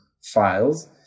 files